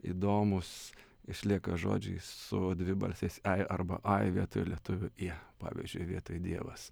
įdomūs išlieka žodžiai su dvibalsis ei arba ai vietoj lietuvių ie pavyzdžiui vietoj dievas